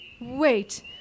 Wait